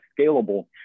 scalable